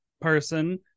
person